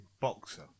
Boxer